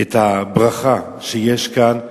את הברכה שיש כאן,